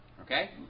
Okay